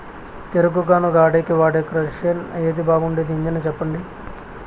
చెరుకు గానుగ ఆడేకి వాడే క్రషర్ ఏది బాగుండేది ఇంజను చెప్పండి?